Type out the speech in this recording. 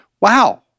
wow